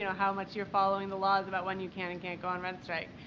you know how much you're following the laws about when you can and can't go on rent strike.